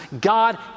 God